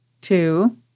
Two